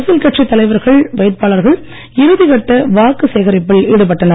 அரசியல் கட்சித் தலைவர்கள் வேட்பாளர்கள் இறுதிக்கட்ட வாக்கு சேகரிப்பில் ஈடுபட்டனர்